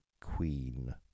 queen